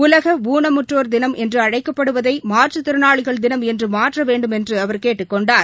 உலகஊனமுற்றோா் தினம் என்றுஅழைக்கப்படுவதை மாற்றுத்திறனாளிகள் தினம் என்றுமாற்றவேண்டுமென்றுஅவா கேட்டுக் கொண்டார்